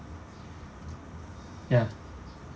ya